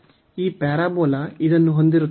ಈ ಪ್ಯಾರಾಬೋಲಾ ಇದನ್ನು ಹೊಂದಿರುತ್ತದೆ